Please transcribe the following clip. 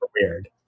weird